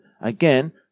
again